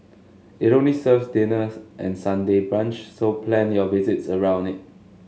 it only serves dinner and Sunday brunch so plan your visit around it